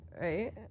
Right